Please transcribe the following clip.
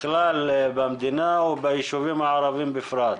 בכלל במדינה וביישובים הערביים בפרט.